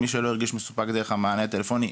מי שלא הרגיש מסופק דרך המענה הטלפוני,